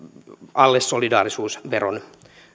alle tuon solidaarisuusveron